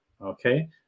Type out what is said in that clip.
okay